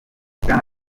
bwana